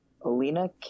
Alina